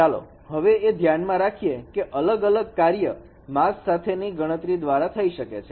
ચાલો હવે એ ધ્યાનમાં રાખીએ કે અલગ અલગ કાર્ય માસ્ક સાથે ની ગણતરી દ્વારા થઈ શકે છે